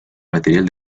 material